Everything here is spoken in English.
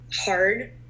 hard